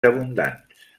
abundants